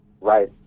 Right